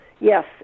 Yes